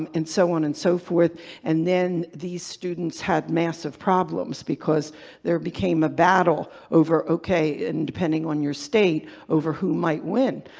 um and so on and so forth and then these students had massive problems, because there became a battle over, okay, and depending on your state over who might win.